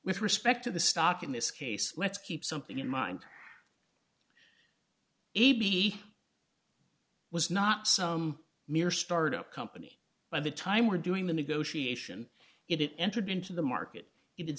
with respect to the stock in this case let's keep something in mind a b it was not some mere start up company by the time we're doing the negotiation it it entered into the market